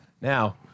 Now